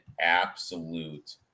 absolute